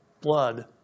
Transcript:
blood